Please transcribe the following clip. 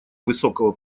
высокого